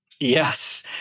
Yes